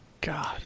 God